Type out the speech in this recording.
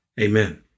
Amen